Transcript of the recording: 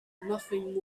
nothing